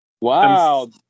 Wow